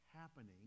happening